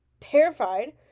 terrified